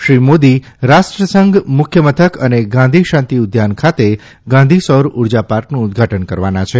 શ્રી મોદી રાષ્ટ્રસંઘ મુખ્યમથક અને ગાંધી શાંતિ ઉદ્યાન ખાતે ગાંધી સૌર ઉર્જા પાર્કનું ઉદઘાટન કરવાના છે